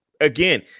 again